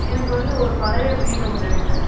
எனக்கு வந்து ஒரு பழைய வீடு ஒன்று இருக்குது